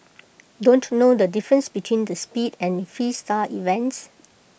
don't know the difference between the speed and Freestyle events